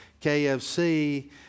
KFC